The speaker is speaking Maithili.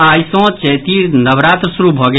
आई सॅ चैती नवरात्र शुरू भऽ गेल